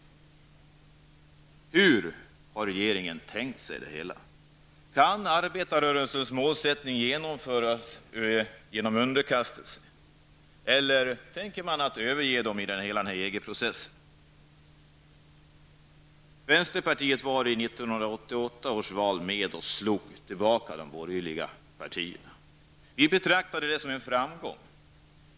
Hur har regeringen tänkt sig det hela? Kan arbetarrörelsens mål genomföras genom underkastelse? Eller tänker man överge dessa mål i och med EG-processen? Vänsterpartiet var vid 1988 års val med och slog tillbaka de borgerliga partierna. Vi betraktade valet som en framgång.